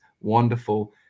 wonderful